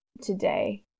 today